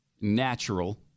natural